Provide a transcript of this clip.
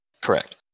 Correct